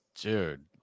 dude